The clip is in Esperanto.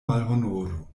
malhonoro